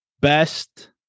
Best